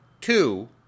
two